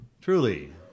truly